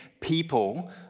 people